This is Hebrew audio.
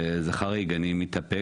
זה חריג, אני מתאפק.